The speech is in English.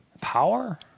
Power